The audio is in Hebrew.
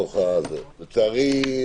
לצערי,